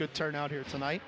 good turnout here tonight